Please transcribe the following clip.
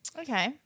Okay